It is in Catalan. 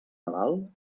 nadal